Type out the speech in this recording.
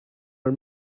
are